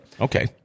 Okay